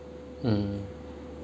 mm